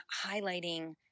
highlighting